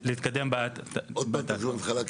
עוד פעם, מהתחלה.